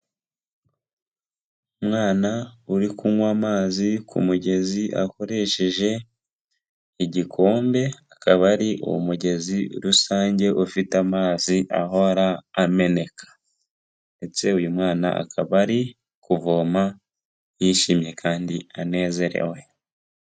Umwanawana uri kunywa amazi ku mugezi akoresheje, igikombe akaba ari umugezi rusange ufite amazi ahora ameneka. ndetse uyu mwana akaba ari kuvoma yishimye kandi anezerewe.